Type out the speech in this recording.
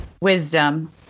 wisdom